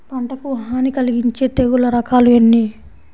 పంటకు హాని కలిగించే తెగుళ్ల రకాలు ఎన్ని?